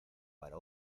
para